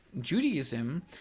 judaism